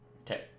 Okay